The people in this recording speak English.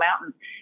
mountains